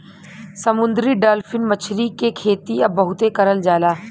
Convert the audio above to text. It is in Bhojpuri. समुंदरी डालफिन मछरी के खेती अब बहुते करल जाला